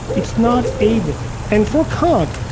it's not able. and for kant,